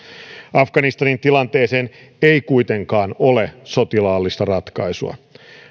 afganistanin tilanteeseen ei kuitenkaan ole sotilaallista ratkaisua